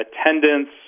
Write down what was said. attendance